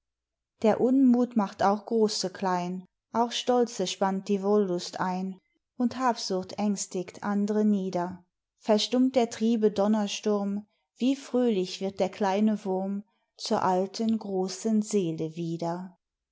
der unmuth macht auch große klein auch stolze spannt die wohllust ein und habsucht ängstigt andre nieder verstummtder triebe donnersturm wie fröhlich wird der kleine wurm zur alten großen seele wieder